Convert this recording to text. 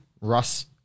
Russ